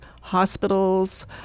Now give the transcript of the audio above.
hospitals